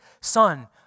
Son